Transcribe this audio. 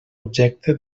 objecte